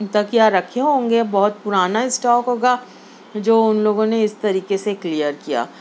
تک یا رکھے ہوں گے بہت پرانا اسٹاک ہوگا جو ان لوگوں نے اس طریقے سے کلیئر کیا